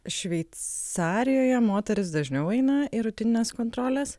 šveicarijoje moterys dažniau eina į rutinines kontroles